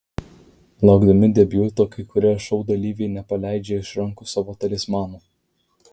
laukdami debiuto kai kurie šou dalyviai nepaleidžia iš rankų savo talismanų